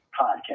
podcast